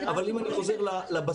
אבל אם אני חוזר לבסיס,